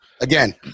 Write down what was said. Again